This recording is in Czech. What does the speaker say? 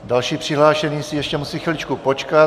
Další přihlášený si ještě musí chviličku počkat.